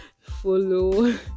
follow